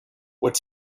what